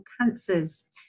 cancers